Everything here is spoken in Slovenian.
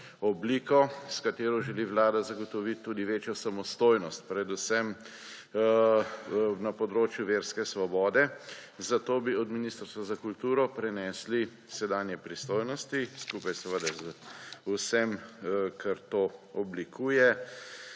obliko, s katero želi Vlada zagotoviti tudi večjo samostojnost, predvsem na področju verske svobode, zato bi od Ministrstva za kulturo prenesli sedanje pristojnosti, skupaj z vsem kar to oblikuje